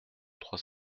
trois